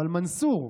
אבל מנסור,